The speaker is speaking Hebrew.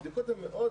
הבדיקות הן מאוד